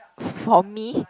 for me